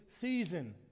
season